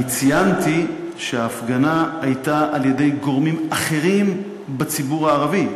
אני ציינתי שההפגנה הייתה על-ידי גורמים אחרים בציבור הערבי.